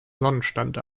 sonnenstand